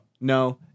No